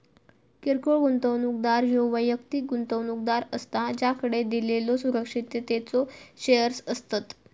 किरकोळ गुंतवणूकदार ह्यो वैयक्तिक गुंतवणूकदार असता ज्याकडे दिलेल्यो सुरक्षिततेचो शेअर्स असतत